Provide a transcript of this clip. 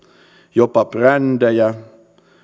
jopa brändejä